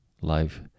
Life